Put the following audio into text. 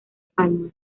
palmas